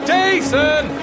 Jason